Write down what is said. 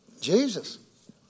Jesus